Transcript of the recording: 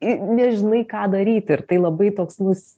i nežinai ką daryti ir tai labai toks nus